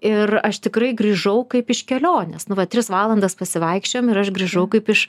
ir aš tikrai grįžau kaip iš kelionės nu va tris valandas pasivaikščiojom ir aš grįžau kaip iš